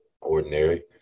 ordinary